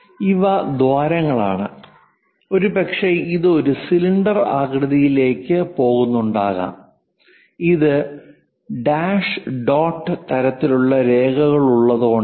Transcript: ഇവ ദ്വാരങ്ങളാണ് ഒരുപക്ഷേ ഇത് ഒരു സിലിണ്ടർ ആകൃതിയിലേക്ക് പോകുന്നുണ്ടാകാം ഇത് ഡാഷ് ഡോട്ട് തരത്തിലുള്ള രേഖകളുള്ളതുകൊണ്ടാണ്